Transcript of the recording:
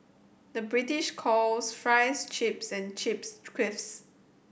the British calls fries chips and chips crisps